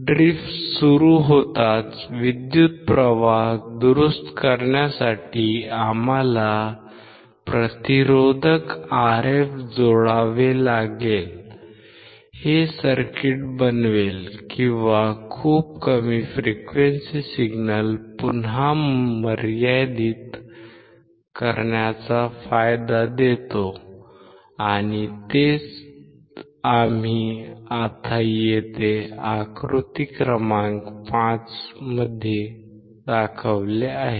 drift सुरू होताच विद्युत् प्रवाह दुरुस्त करण्यासाठी आम्हाला प्रति प्रतिरोधक Rf जोडावे लागले हे सर्किट बनवले किंवा खूप कमी फ्रिक्वेंसी सिग्नल पुन्हा मर्यादित करण्याचा फायदा देतो आणि तेच आम्ही येथे आकृती क्रमांक 5 मध्ये दाखवले आहे